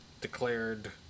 declared